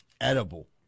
edible